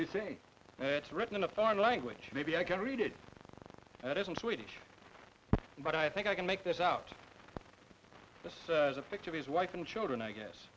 to do say it's written in a foreign language maybe i can read it that isn't swedish but i think i can make that out of the fact of his wife and children i guess